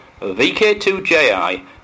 VK2JI